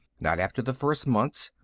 not after the first months.